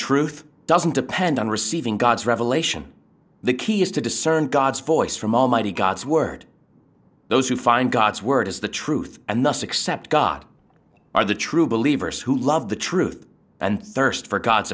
truth doesn't depend on receiving god's revelation the key is to discern god's voice from almighty god's word those who find god's word as the truth and thus accept god are the true believers who love the truth and thirst for god's